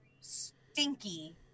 stinky